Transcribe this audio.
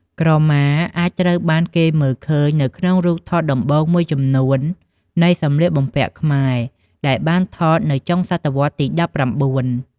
ក្រមាអាចត្រូវបានគេមើលឃើញនៅក្នុងរូបថតដំបូងមួយចំនួននៃសំលៀកបំពាក់ខ្មែរដែលបានថតនៅចុងសតវត្សទីដប់ប្រាំបួន។